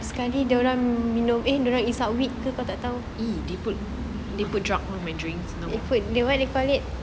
!ee! they put they put drug on my drink no